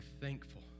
thankful